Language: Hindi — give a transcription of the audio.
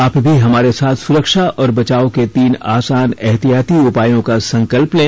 आप भी हमारे साथ सुरक्षा और बचाव के तीन आसान एहतियाती उपायों का संकल्प लें